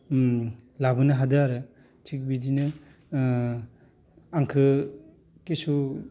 लाबोनो हादों आरो थिग बिदिनो आंखौ खिसु